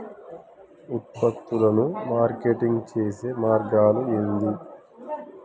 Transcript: ఉత్పత్తులను మార్కెటింగ్ చేసే మార్గాలు ఏంది?